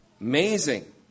Amazing